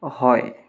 হয়